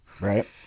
right